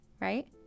right